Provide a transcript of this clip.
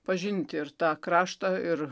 pažinti ir tą kraštą ir